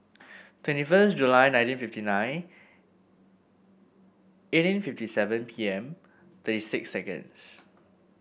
twenty first July nineteen fifty nine eighteen fifty seven P M thirty six seconds